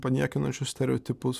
paniekinančius stereotipus